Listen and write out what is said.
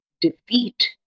defeat